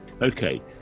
Okay